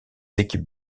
équipes